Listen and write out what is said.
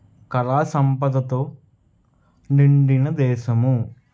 కళా సంపదతో నిండిన దేశము